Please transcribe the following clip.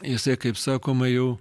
jisai kaip sakoma jau